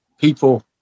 people